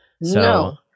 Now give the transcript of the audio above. No